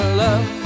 love